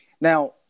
now